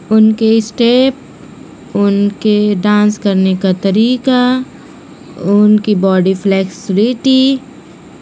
ان کے اسٹیپ ان کے ڈانس کرنے کا طریقہ ان کی باڈی فلیکسبلٹی